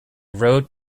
road